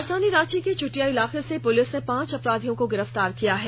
राजधानी रांची के चुटिया इलाके से पुलिस ने पांच अपराधियों को गिरफ्तार किया है